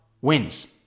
wins